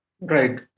Right